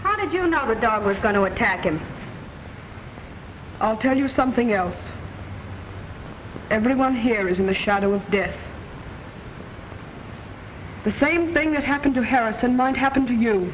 how did you know the dog was going to attack and i'll tell you something else everyone here is in the shadow of death the same thing that happened to harrison might happen to you